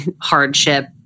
hardship